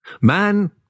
Man